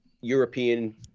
European